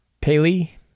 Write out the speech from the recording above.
Paley